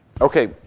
Okay